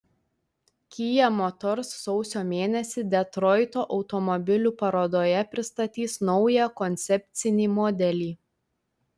kia motors sausio mėnesį detroito automobilių parodoje pristatys naują koncepcinį modelį